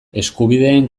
eskubideen